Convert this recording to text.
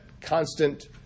constant